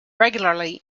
regularly